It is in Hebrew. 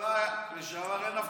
הממשלה לשעבר אין אבטחה.